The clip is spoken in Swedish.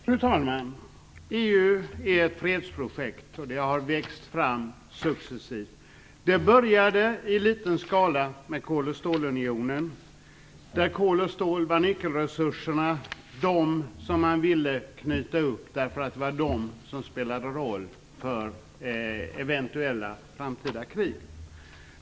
Fru talman! EU är ett fredsprojekt, och det har växt fram successivt. Det började i liten skala med Kol och stålunionen, där kol och stål var nyckelresurser som man ville knyta upp därför att det var de som spelade roll för eventuella framtida krig.